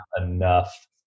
enough